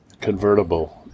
convertible